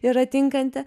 yra tinkanti